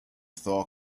thaw